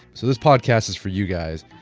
so this podcast is for you guys.